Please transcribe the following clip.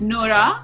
Nora